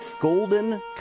golden